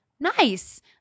nice